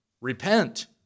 Repent